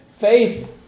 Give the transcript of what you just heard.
Faith